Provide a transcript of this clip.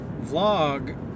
vlog